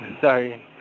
Sorry